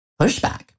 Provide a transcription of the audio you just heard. pushback